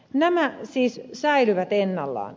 nämä siis säilyvät ennallaan